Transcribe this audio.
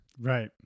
Right